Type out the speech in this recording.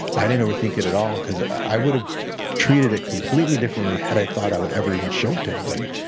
i didn't over think it at all because i would have treated it completely differently, had i thought i would ever even show it to anybody.